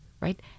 Right